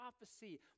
prophecy